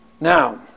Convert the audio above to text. Now